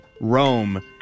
Rome